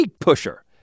pusher